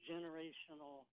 generational